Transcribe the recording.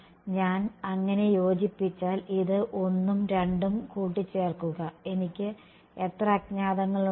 ഞാൻ അങ്ങനെ യോജിപ്പിച്ചാൽ ഇത് 1 ഉം 2 ഉം കൂട്ടിച്ചേർക്കുക എനിക്ക് എത്ര അജ്ഞാതങ്ങളുണ്ട്